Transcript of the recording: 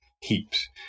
heaps